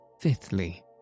Fifthly